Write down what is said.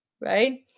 right